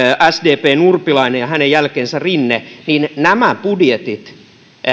sdpn urpilainen ja hänen jälkeensä rinne niin vaikka budjetit